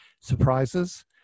surprises